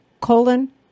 colon